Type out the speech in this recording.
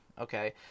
okay